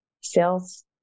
sales